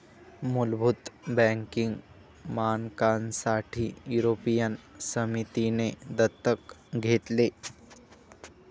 मुलभूत बँकिंग मानकांसाठी युरोपियन समितीने दत्तक घेतले